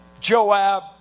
Joab